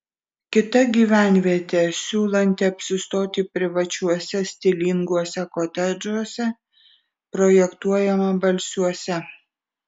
kita gyvenvietė siūlanti apsistoti privačiuose stilinguose kotedžuose projektuojama balsiuose